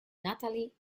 natalie